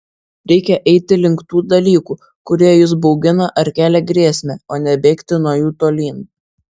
reikia eiti link tų dalykų kurie jus baugina ar kelia grėsmę o ne bėgti nuo jų tolyn